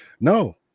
No